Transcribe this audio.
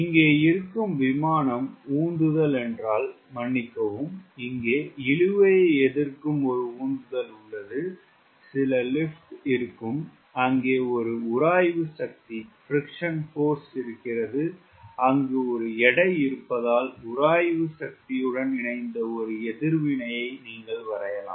இங்கே இருக்கும் விமானம் உந்துதல் என்றால் மன்னிக்கவும் இங்கே இழுவை எதிர்க்கும் ஒரு உந்துதல் உள்ளது சில லிப்ட் இருக்கும் அங்கே ஒரு உராய்வு சக்தி இருக்கிறது அங்கு ஒரு எடை இருப்பதால் உராய்வு சக்தியுடன் இணைந்த ஒரு எதிர்வினை நீங்கள் வரையலாம்